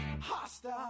hostile